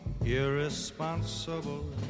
irresponsible